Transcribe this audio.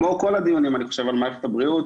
אני חושב שכמו כל הדיונים על מערכת הבריאות.